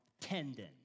Tendon